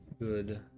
Good